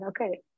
Okay